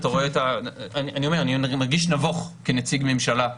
אני מרגיש נבוך כנציג ממשלה.